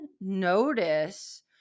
notice